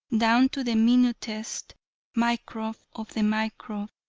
down to the minutest microbe of the microbe.